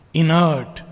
inert